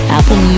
Apple